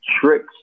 tricks